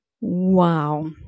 Wow